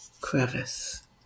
crevice